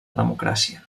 democràcia